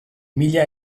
mila